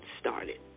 started